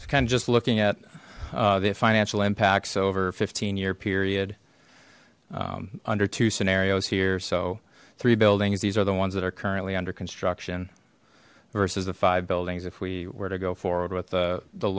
it's kind of just looking at the financial impacts over fifteen year period under two scenarios here so three buildings these are the ones that are currently under construction versus the five buildings if we were to go forward with